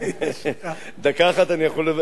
דקה אחת אני יכול לבזבז על המפקד שלי.